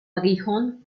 aguijón